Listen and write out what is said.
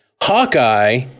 hawkeye